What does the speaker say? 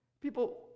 people